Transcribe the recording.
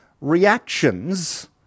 reactions